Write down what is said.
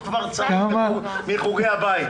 אנחנו מאשרים אותם בלי התעשיינים.